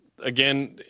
again